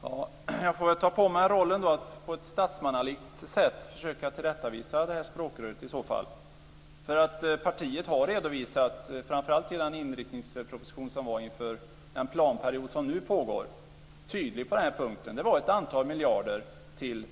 Fru talman! Jag får ta på mig rollen att på ett statsmannalikt sätt försöka tillrättavisa språkröret. Partiet har gjort en tydlig redovisning i framför allt inriktningspropositionen för den planperiod som nu pågår. Det var ett antal miljarder till